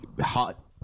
Hot